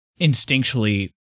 instinctually